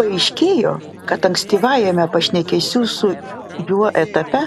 paaiškėjo kad ankstyvajame pašnekesių su juo etape